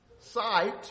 sight